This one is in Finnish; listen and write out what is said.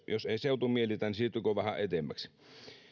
jos ei seutu miellytä niin siirtyköön vähän edemmäksi